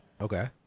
Okay